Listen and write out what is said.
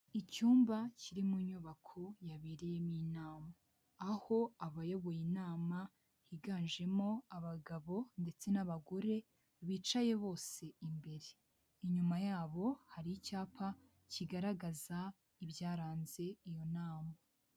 Icyumba kiri mu nyubako yabereyemo inama, aho abayoboye inama higanjemo abagabo ndetse n'abagore bicaye bose imbere, inyuma yabo hari icyapa kigaragaza ibyaranze iyo nama.